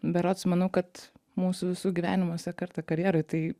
berods manau kad mūsų visų gyvenimuose kartą karjeroj tai